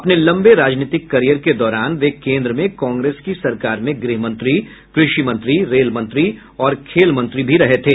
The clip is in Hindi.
अपने लम्बे राजनीतिक कैरियर के दौरान वे केन्द्र में कांग्रेस की सरकार में गृह मंत्री कृषि मंत्री रेल मंत्री और खेल मंत्री रहे थे